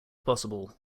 possible